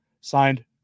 Signed